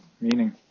meaning